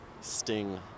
Sting